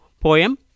poem